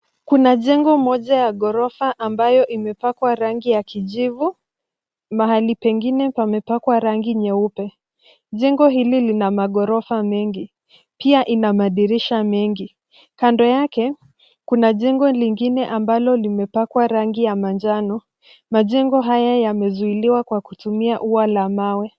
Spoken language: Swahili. Kuna jengo moja ya ghorofa, ambayo imepakwa rangi ya kijivu, mahali pengine pamepakwa rangi nyeupe. Jengo hili lina maghorofa, mengi, pia ina madirisha mengi. Kando yake, kuna jengo lingine ambalo limepakwa rangi ya manjano, majengo haya yamezuiliwa kwa kutumia ua la mawe.